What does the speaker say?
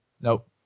Nope